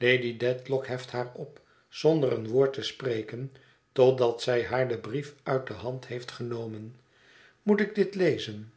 lady dedlock heft haar op zonder een woord te spreken totdat zij haar den brief uit de hand heeft genomen moet ik dit lezen